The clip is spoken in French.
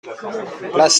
place